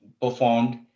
performed